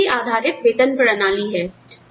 यह व्यक्ति आधारित वेतन प्रणाली है